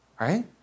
Right